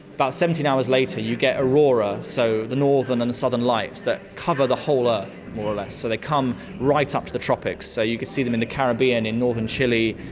about seventeen hours later you get aurora, so the northern and southern lights that cover the whole earth more or less, so they come right up to the tropics, so you can see them in the caribbean, in northern chile,